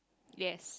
yes